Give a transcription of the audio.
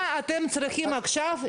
נכון,